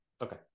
Okay